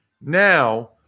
now